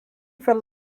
fell